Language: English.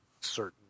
certain